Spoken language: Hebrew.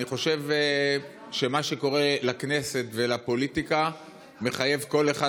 אני חושב שמה שקורה לכנסת ולפוליטיקה מחייב כל אחד